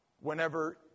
Whenever